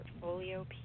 portfolio